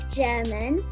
german